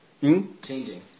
Changing